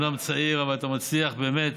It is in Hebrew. צעיר, אבל אתה מצליח באמת